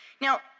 Now